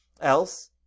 else